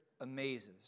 amazes